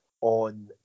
on